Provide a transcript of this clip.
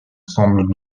semble